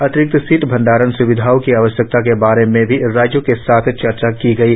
अतिरिक्त शीत भंडारण स्विधाओं की आवश्यकता के बारे में भी राज्यों के साथ चर्चा की गई है